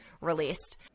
released